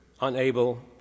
unable